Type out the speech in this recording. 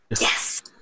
Yes